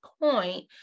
point